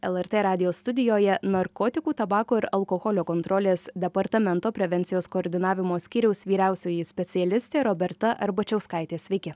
lrt radijo studijoje narkotikų tabako ir alkoholio kontrolės departamento prevencijos koordinavimo skyriaus vyriausioji specialistė roberta arbačiauskaitė sveiki